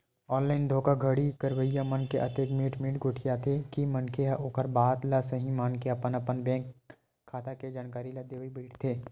online धोखाघड़ी करइया मन अतेक मीठ मीठ गोठियाथे के मनखे ह ओखर बात ल सहीं मानके अपन अपन बेंक खाता के जानकारी ल देय बइठथे